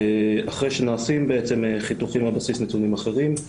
אחרי שנעשים חיתוכים על בסיס נתונים אחרים.